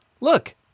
look